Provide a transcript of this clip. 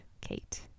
Kate